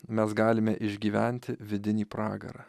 mes galime išgyventi vidinį pragarą